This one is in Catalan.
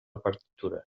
partitura